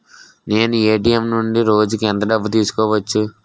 నేను ఎ.టి.ఎం నుండి రోజుకు ఎంత డబ్బు తీసుకోవచ్చు?